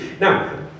Now